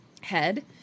head